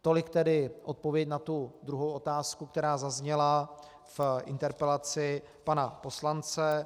Tolik tedy odpověď na tu druhou otázku, která zazněla v interpelaci pana poslance.